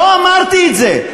יש, לא אמרתי את זה.